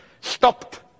stopped